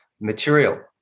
material